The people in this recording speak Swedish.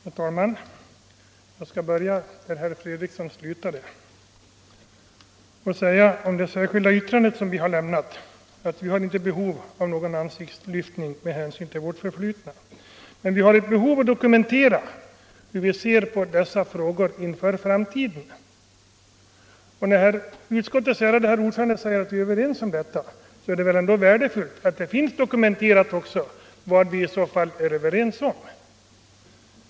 Herr talman! Jag skall börja där utskottets ordförande herr Fredriksson — Sänkning av den slutade och säga om det särskilda yttrande, som vi har avgivit, att vi — allmänna pensionsinte har behov av någon ansiktslyftning med hänsyn till vårt förflutna. — åldern, m.m. Men vi har behov av att dokumentera hur vi ser på dessa frågor inför framtiden. När utskottets ärade herr ordförande säger att vi är överens om detta är det väl ändå värdefullt, att det också finns dokumenterat, vad det är som vi är överens om.